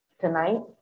tonight